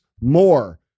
more